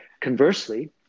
conversely